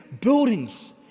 buildings